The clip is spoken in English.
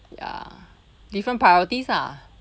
ya different priorities ah